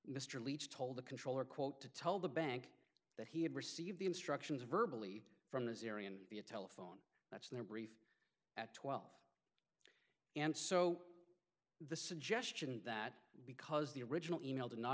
mr leach told the controller quote to tell the bank that he had received the instructions verbal ie from the syrian via telephone that's their brief at twelve and so the suggestion that because the original e mail did not